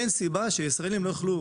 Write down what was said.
אין סיבה שישראלים לא יוכלו